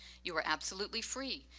you are absolutely free,